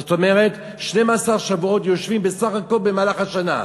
זאת אומרת 12 שבועות יושבים בסך הכול במהלך השנה.